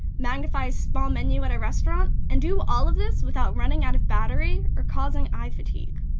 magnify a small menu at a restaurant, and do all of this without running out of battery or causing eye fatigue.